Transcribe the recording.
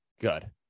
good